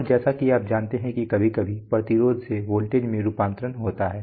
और जैसा कि आप जानते हैं कि कभी कभी प्रतिरोध से वोल्टेज में रूपांतरण होता है